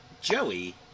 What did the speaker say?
Joey